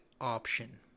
option